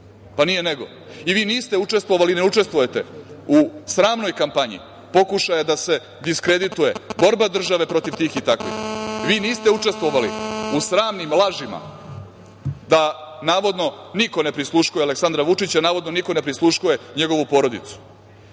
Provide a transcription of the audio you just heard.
Pa, nije nego. I vi niste učestvovali i ne učestvujete u sramnoj kampanji pokušaja da se diskredituje borba države protiv tih i takvih. Vi niste učestvovali u sramnim lažima da, navodno, niko ne prisluškuje Aleksandra Vučića, navodno, niko ne prisluškuje njegovu porodicu.I